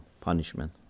punishment